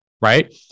right